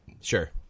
Sure